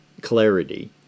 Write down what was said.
clarity